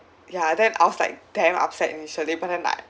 ya then I was like damn upset initially but I'm like